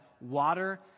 water